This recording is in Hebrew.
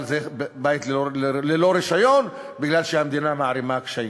אבל זה בית ללא רישיון בגלל שהמדינה מערימה קשיים.